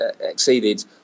exceeded